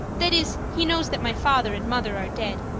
that is, he knows that my father and mother are dead,